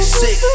sick